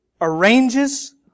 arranges